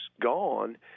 gone